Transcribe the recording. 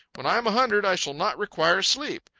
when i am a hundred i shall not require sleep.